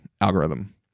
algorithm